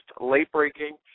late-breaking